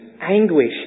anguish